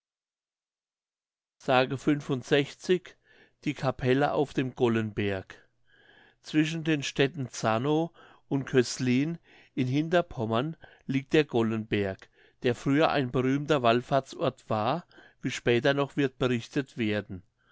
s die kapelle auf dem gollenberg zwischen den städten zanow und cöslin in hinterpommern liegt der gollenberg der früher ein berühmter wallfahrtsort war wie später noch wird berichtet werden